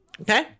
Okay